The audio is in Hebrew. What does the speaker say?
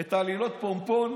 את עלילות פונפון.